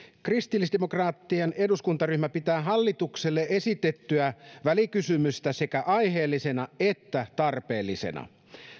kristillisdemokraattinen eduskuntaryhmä pitää hallitukselle esitettyä välikysymystä sekä aiheellisena että tarpeellisena